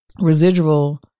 residual